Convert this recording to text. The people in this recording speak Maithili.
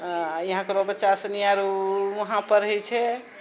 हँ यहाँ ककरो बच्चासनि आरो उहाँ पढ़ै छै